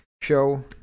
show